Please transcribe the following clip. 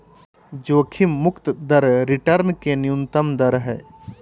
जोखिम मुक्त दर रिटर्न के न्यूनतम दर हइ